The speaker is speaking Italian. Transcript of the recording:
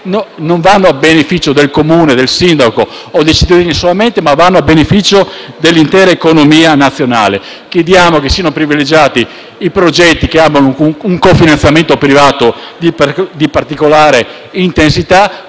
non vanno a beneficio del Comune, del sindaco o solamente dei cittadini, ma dell'intera economia nazionale. Chiediamo che siano privilegiati i progetti che hanno un cofinanziamento privato di particolare intensità.